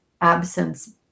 absence